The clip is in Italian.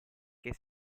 che